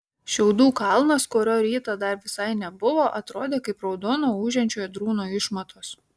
šiaudų kalnas kurio rytą dar visai nebuvo atrodė kaip raudono ūžiančio ėdrūno išmatos